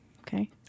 Okay